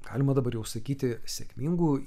galima dabar jau sakyti sėkmingu